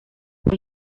what